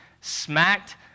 smacked